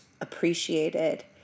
appreciated